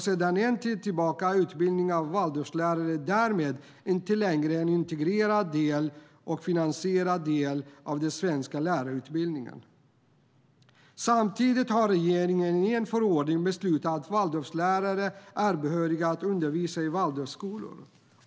Sedan en tid tillbaka är utbildningen av Waldorflärare därmed inte längre en integrerad och finansierad del av den svenska lärarutbildningen. Samtidigt har regeringen i en förordning beslutat att Waldorflärare är behöriga att undervisa i Waldorfskolor.